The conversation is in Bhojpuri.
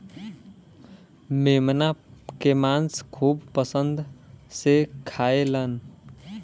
मेमना के मांस खूब पसंद से खाएलन